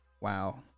Wow